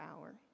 hour